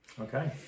Okay